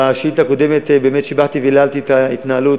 בשאילתה הקודמת באתי והיללתי את ההתנהלות